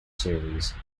series